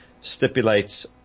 stipulates